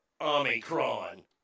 Omicron